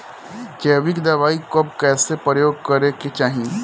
जैविक दवाई कब कैसे प्रयोग करे के चाही?